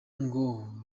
ngo